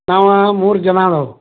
ನಾವು ಮೂರು ಜನ ಇದಾವ್